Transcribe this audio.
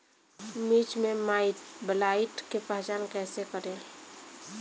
मिर्च मे माईटब्लाइट के पहचान कैसे करे?